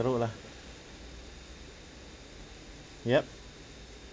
teruk lah yup